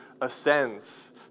ascends